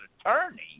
attorney